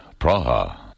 Praha